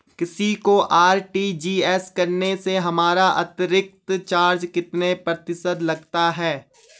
किसी को आर.टी.जी.एस करने से हमारा अतिरिक्त चार्ज कितने प्रतिशत लगता है?